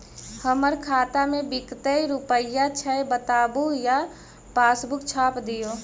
हमर खाता में विकतै रूपया छै बताबू या पासबुक छाप दियो?